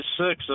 six